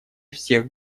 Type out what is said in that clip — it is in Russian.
всех